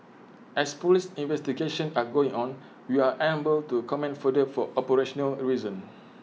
as Police investigations are going on we are unable to comment further for operational reasons